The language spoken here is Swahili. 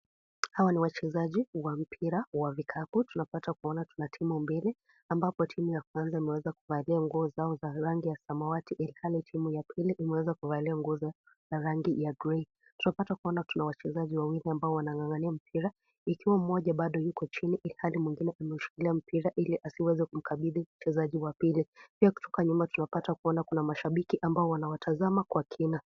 Hawa ni wachezaji wa mpira wa vikapu. Tunapata kuona kuna timu mbili ambapo timu ya kwanza imeweza kuvalia nguo zao za rangi ya samawati ilhali timu ya pili imeweza kuvalia nguo za rangi ya grey . Tunapata kuona tuna wachezaji wawili ambao wanang'ang'ania mpira, ikiwa mmoja bado yuko chini ilhali mwingine ameushikilia mpira Ili asiweze kumkabidhi mchezaji wa pili. Pia kutoka nyuma tunapata kuona kuna mashabiki ambao wanawatazama kwa kina.